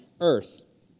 earth